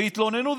והתלוננו,